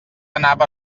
anava